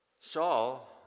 Saul